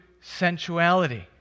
sensuality